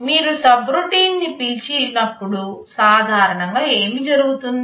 మీరు సబ్రొటీన్ను పిలిచినప్పుడు సాధారణంగా ఏమి జరుగుతుంది